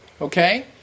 Okay